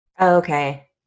Okay